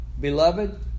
Beloved